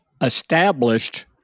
established